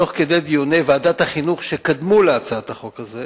שתוך כדי דיוני ועדת החינוך שקדמו להצעת החוק הזאת